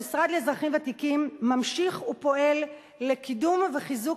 המשרד לאזרחים ותיקים ממשיך ופועל לקידום ולחיזוק